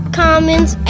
commons